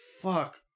fuck